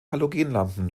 halogenlampen